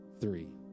Three